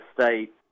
State